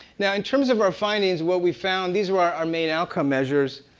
now, in terms of our findings, what we found, these were our our main outcome measures.